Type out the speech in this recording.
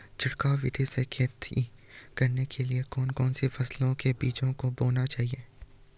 छिड़काव विधि से खेती करने के लिए कौन कौन सी फसलों के बीजों को बोना चाहिए?